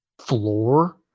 floor